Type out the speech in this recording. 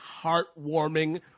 heartwarming